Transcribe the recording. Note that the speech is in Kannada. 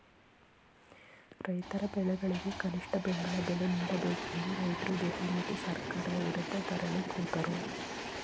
ರೈತರ ಬೆಳೆಗಳಿಗೆ ಕನಿಷ್ಠ ಬೆಂಬಲ ಬೆಲೆ ನೀಡಬೇಕೆಂದು ರೈತ್ರು ದೆಹಲಿಯಲ್ಲಿ ಸರ್ಕಾರದ ವಿರುದ್ಧ ಧರಣಿ ಕೂತರು